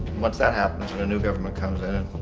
once that happens and a new goverment comes in it,